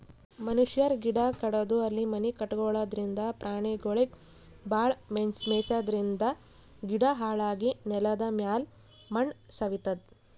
ಮನಶ್ಯಾರ್ ಗಿಡ ಕಡದು ಅಲ್ಲಿ ಮನಿ ಕಟಗೊಳದ್ರಿಂದ, ಪ್ರಾಣಿಗೊಳಿಗ್ ಭಾಳ್ ಮೆಯ್ಸಾದ್ರಿನ್ದ ಗಿಡ ಹಾಳಾಗಿ ನೆಲದಮ್ಯಾಲ್ ಮಣ್ಣ್ ಸವಿತದ್